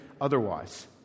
otherwise